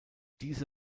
diese